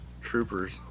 troopers